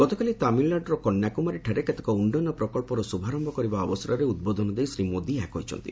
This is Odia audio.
ଗତକାଲି ତାମିଲ୍ନାଡୁର କନ୍ୟାକୁମାରୀଠାରେ କେତେକ ଉନ୍ନୟନ ପ୍ରକଳ୍ପର ଶୁଭାରମ୍ଭ କରିବା ଅବସରରେ ଉଦ୍ବୋଧନ ଦେଇ ଶ୍ରୀ ମୋଦି ଏହା କହିଛନ୍ତି